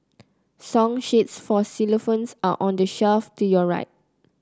song sheets for xylophones are on the shelf to your right